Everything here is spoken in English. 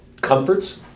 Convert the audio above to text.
comforts